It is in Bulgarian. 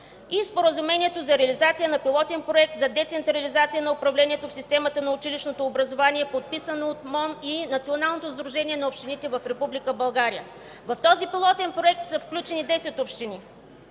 на Споразумението за реализация на пилотен проект за децентрализация на управлението в системата на училищното образование, подписано от МОН и Националното сдружение на общините в Република България. В този пилотен проект са включени десет общини.